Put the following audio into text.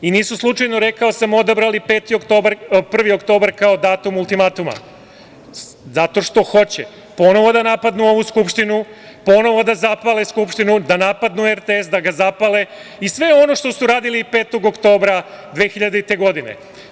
I nisu slučajno, rekao sam, odabrali 1. oktobar kao datum ultimatuma, zato što hoće ponovo da napadnu ovu Skupštinu, ponovo da zapale Skupštinu, da napadnu RTS, da ga zapale i sve ono što su radili 5. oktobra 2000. godine.